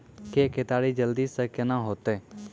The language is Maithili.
के केताड़ी जल्दी से के ना होते?